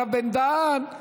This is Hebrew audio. הרב בן-דהן,